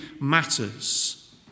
matters